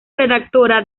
redactora